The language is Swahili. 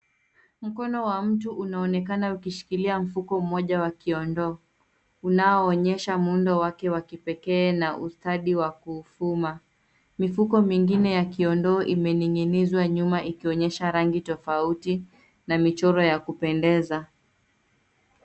Mkono wa mtu unaonekana ukishikilia mfuko mmoja wa kiondoo unaoonyesha muundo wake wa kipekee na ustadi wa kuufuma mifuko mingine ya kiondoo imening'inizwa nyuma ikionyesha rangi tofauti na michoro ya kupendeza.